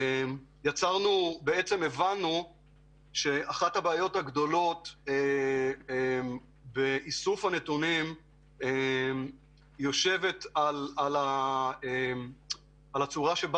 הבנו שאחת הבעיות הגדולות באיסוף הנתונים יושבת על הצורה שבה